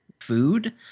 food